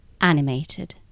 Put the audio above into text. animated